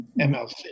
MLC